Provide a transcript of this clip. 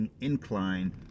incline